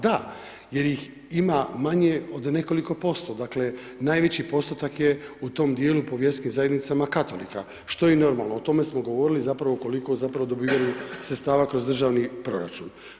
Da jer ih ima manje od nekoliko posto, dakle najveći postotak je u tom djelu po vjerskim zajednicama katolika što je i normalno, o tome smo govorili zapravo ukoliko zapravo dobivaju sredstava kroz državni proračun.